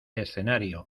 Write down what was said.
escenario